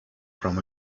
from